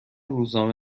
روزنامه